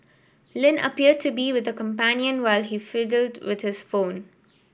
Lin appeared to be with a companion while he fiddled with his phone